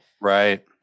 Right